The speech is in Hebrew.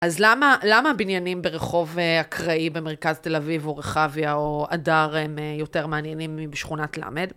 אז למה למה הבניינים ברחוב הקראי במרכז תל אביב או רכביה או אדר הם יותר מעניינים משכונת למד?